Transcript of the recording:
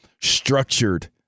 structured